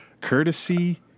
Courtesy